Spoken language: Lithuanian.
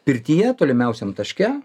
pirtyje tolimiausiam taške